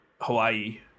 Hawaii